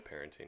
parenting